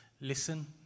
listen